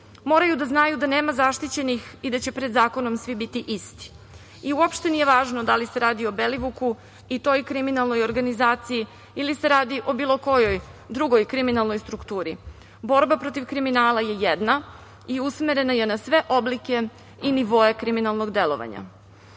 Moraju da znaju da nema zaštićenih i da će pred zakonom svi biti isti. Uopšte nije važno da li se radi o Belivuku i toj kriminalnoj organizaciji ili se radi o bilo kojoj drugoj kriminalnoj strukturi. Borba protiv kriminala je jedna i usmerena je na sve oblike i nivoe kriminalnog delovanja. Postavlja